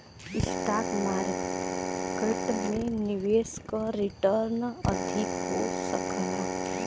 stock market में निवेश क रीटर्न अधिक हो सकला